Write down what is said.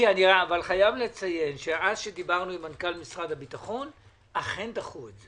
אני חייב לציין שאז כשדיברנו עם מנכ"ל משרד הביטחון אכן דחו את זה.